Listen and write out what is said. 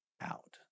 out